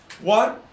One